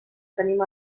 tenim